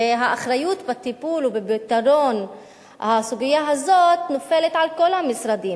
והאחריות לטיפול ולפתרון הסוגיה הזאת נופלת על כל המשרדים,